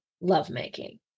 lovemaking